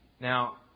Now